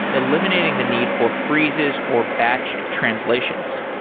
eliminating the need for freezes or batched translations.